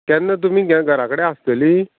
तेन्ना तुमी घरा कडेन आसतली